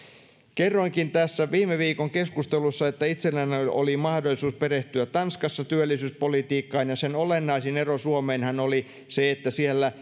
kerroinkin tässä viime viikon keskustelussa että itselläni oli mahdollisuus perehtyä tanskassa työllisyyspolitiikkaan ja sen olennaisin ero suomeenhan oli se että siellä